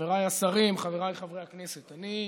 חבריי השרים, חבריי חברי הכנסת, ברשותכם,